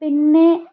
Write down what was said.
പിന്നെ